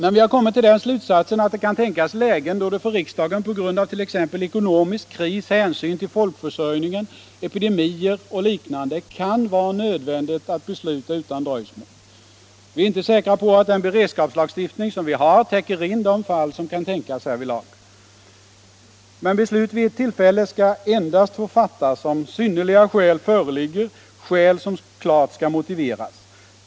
Men vi har kommit till den slutsatsen att det kan tänkas lägen då det för riksdagen på grund av t.ex. ekonomisk kris, hänsyn till folkförsörjningen, epidemier och liknande kan vara nödvändigt att besluta utan dröjsmål. Vi är inte säkra på att den beredskapslagstiftning som vi har täcker in de fall som kan tänkas härvidlag. Men beslut vid ett tillfälle skall endast få fattas om synnerliga skäl föreligger, skäl som klart skall anges.